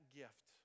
gift